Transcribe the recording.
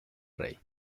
rey